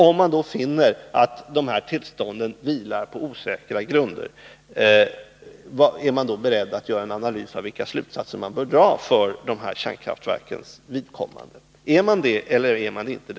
Om man finner att tillstånden vilar på osäkra grunder blir frågan om man är beredd att undersöka vilka slutsatser man bör dra för de här kärnkraftverkens vidkommande. Är man det, eller är man det inte?